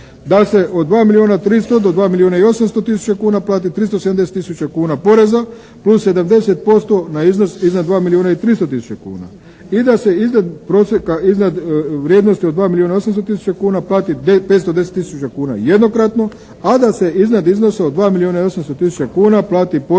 Da se od 2 milijuna i tristo do dva milijuna i osamsto tisuća kuna plati 370 000 kuna poreza plus 70% na iznos iznad 2 milijuna i 300 tisuća kuna i da se iznad prosjeka, iznad vrijednosti od 2 milijuna 800 tisuća kuna plati 510 tisuća kuna jednokratno, a da se iznad iznosa od 2 milijuna i 800 tisuća kuna plati porez